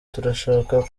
turashaka